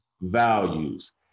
values